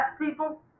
people